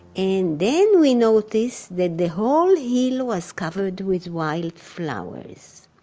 and then we noticed that the whole hill was covered with wildflowers.